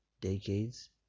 decades